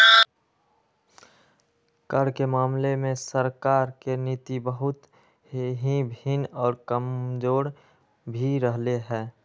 कर के मामले में सरकार के नीति बहुत ही भिन्न और कमजोर भी रहले है